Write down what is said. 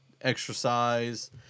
exercise